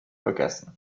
vergessen